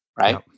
right